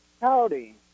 Howdy